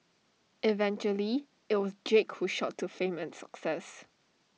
eventually IT was Jake who shot to fame and success